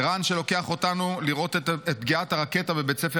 ערן שלוקח אותנו לראות את פגיעת הרקטה בבית הספר